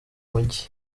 mujyi